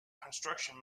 construction